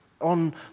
on